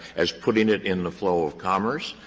as putting it in the flow of commerce.